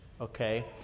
Okay